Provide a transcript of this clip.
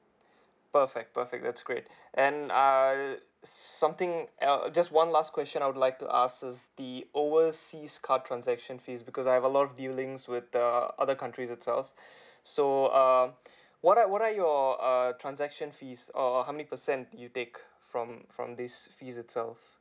perfect perfect that's great and uh something err just one last question I would like to ask is the overseas card transaction fees because I have a lot of dealings with uh other countries itself so um what are what are your err transaction fees or how many percent do you take from from this fees itself